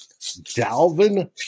Dalvin